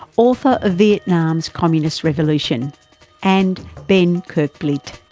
author of vietnam's communist revolution and ben kerkvliet,